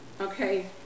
Okay